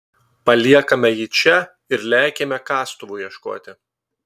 paliekame jį čia ir lekiame kastuvų ieškoti